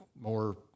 more